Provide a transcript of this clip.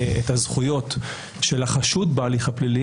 את הזכויות של החשוד בהליך הפלילי,